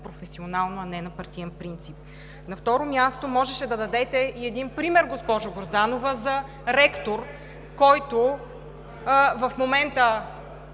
професионално, а не на партиен принцип. На второ място, можеше да дадете и един пример, госпожо Грозданова, за ректор, който в момента